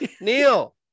Neil